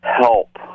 help